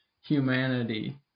humanity